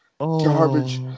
garbage